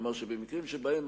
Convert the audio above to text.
כלומר שבמקרים שבהם,